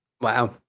wow